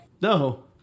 No